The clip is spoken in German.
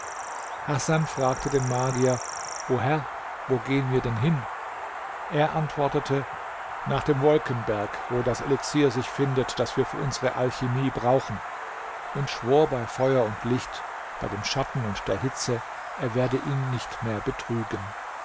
hasan fragte den magier o herr wo gehen wir den hin er antwortete nach dem wolkenberg wo das elixier sich findet das wir für unsere alchimie brauchen und schwor bei feuer und licht bei dem schatten und der hitze er werde ihn nicht mehr betrügen